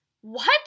What